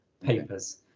papers